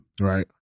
Right